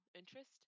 interest